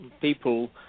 people